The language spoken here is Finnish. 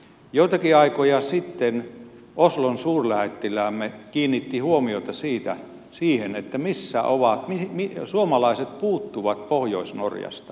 joitakin aikoja sitten oslon suurlähettiläämme kiinnitti huomiota siihen että suomalaiset puuttuvat pohjois norjasta